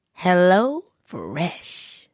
HelloFresh